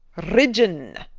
ridgeon.